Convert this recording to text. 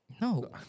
No